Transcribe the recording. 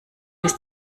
bis